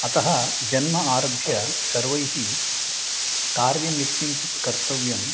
अतः जन्म आरभ्य सर्वैः कार्यं यत्किञ्चित् कर्तव्यम्